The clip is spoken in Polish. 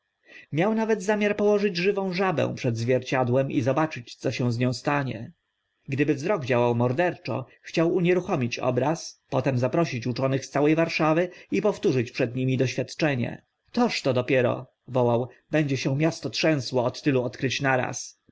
miał nawet zamiar położyć żywą żabę przed zwierciadłem i zobaczyć co się z nią stanie gdyby wzrok działał morderczo chciał unieruchomić obraz potem zaprosić uczonych z całe warszawy i powtórzyć przed nimi doświadczenie toteż to dopiero wołał będzie się miasto trzęsło od tylu odkryć naraz